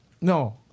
no